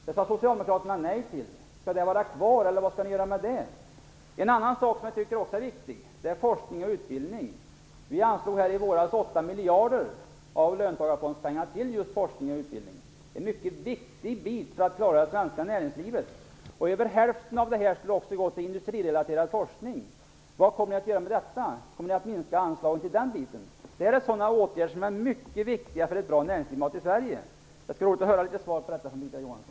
Det sade Socialdemokraterna nej till. Kommer det att få vara kvar eller vad skall ni göra med det? En sak som också är viktig är forskning och utbildning. I våras anslog vi 8 miljarder av löntagarfondspengarna till just forskning och utbildning. Det är en mycket viktig bit för det svenska näringslivet. Över hälften av detta skulle gå till industrirelaterad forskning. Vad kommer ni att göra med detta? Kommer ni att minska anslagen dit? Detta är åtgärder som är mycket viktiga för ett bra näringslivsklimat i Sverige. Det skulle vara roligt att få svar på detta av Birgitta Johansson.